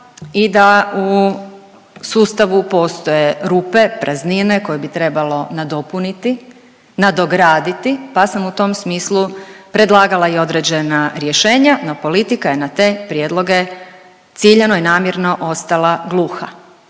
i da u sustavu postoje rupe, praznine koje bi trebalo nadopuniti, nadograditi, pa sam u tom smislu predlagala i određena rješenja, no politika je na te prijedloge ciljano i namjerno ostala gluha.